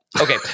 Okay